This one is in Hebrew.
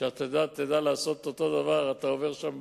שאתה תדע לעשות את אותו הדבר, אתה עובר שם,